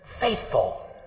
faithful